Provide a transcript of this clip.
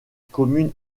commune